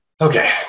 okay